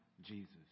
Jesus